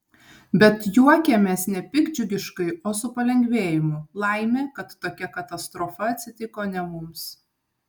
bet juokiamės ne piktdžiugiškai o su palengvėjimu laimė kad tokia katastrofa atsitiko ne mums